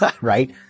right